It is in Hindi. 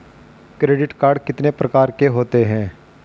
क्रेडिट कार्ड कितने प्रकार के होते हैं?